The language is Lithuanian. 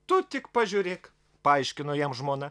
tu tik pažiūrėk paaiškino jam žmona